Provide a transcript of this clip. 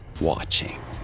watching